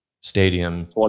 Stadium